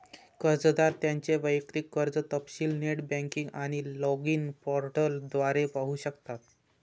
कर्जदार त्यांचे वैयक्तिक कर्ज तपशील नेट बँकिंग आणि लॉगिन पोर्टल द्वारे पाहू शकतात